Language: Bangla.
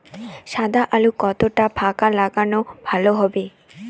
সাদা আলু কতটা ফাকা লাগলে ভালো হবে?